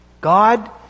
God